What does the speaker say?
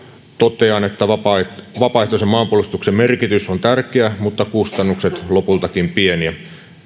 totean että vapaaehtoisen maanpuolustuksen merkitys on tärkeä mutta sen kustannukset ovat lopultakin pieniä